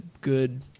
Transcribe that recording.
good